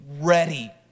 ready